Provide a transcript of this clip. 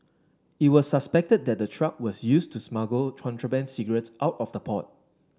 it was suspected that the truck was used to smuggle contraband cigarettes out of the port